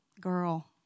Girl